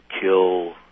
kill